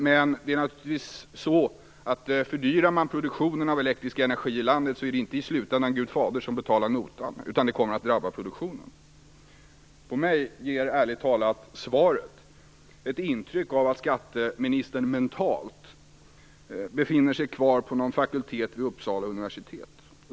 Men om man fördyrar produktionen av elektrisk energi ilandet, så är det naturligtvis inte Gud fader som i slutändan betalar notan, utan det kommer att drabba produktionen. Ärligt talat ger svaret mig ett intryck av att skatteministern mentalt befinner sig kvar på någon fakultet vid Uppsala universitet.